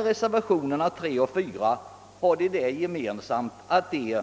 Reservationerna 3 och 4 har det gemensamt att de